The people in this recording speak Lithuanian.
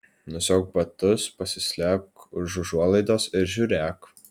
nusiauk batus pasislėpk už užuolaidos ir žiūrėk